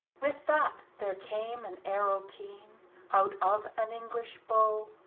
with that, there came an arrow keene out of an english bow,